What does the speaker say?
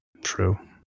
True